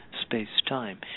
space-time